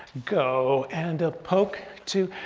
go and a poke, two,